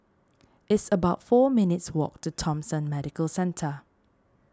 it's about four minutes' walk to Thomson Medical Centre